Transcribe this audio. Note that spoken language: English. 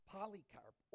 Polycarp